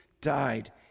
died